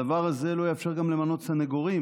הדבר הזה לא יאפשר גם למנות סנגורים